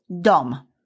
Dom